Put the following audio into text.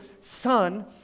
son